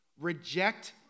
reject